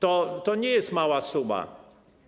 To to nie jest mała suma.